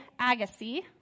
Agassi